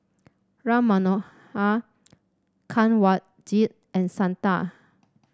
Ram Manohar Kanwaljit and Santha